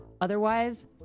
otherwise